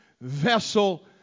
vessel